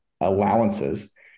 allowances